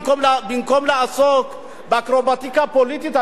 במקום לעסוק באקרובטיקה פוליטית,